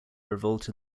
revolt